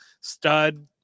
stud